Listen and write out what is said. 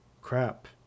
crap